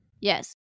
Yes